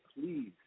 please